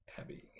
Abby